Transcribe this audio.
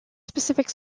specific